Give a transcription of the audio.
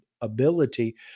ability